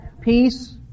peace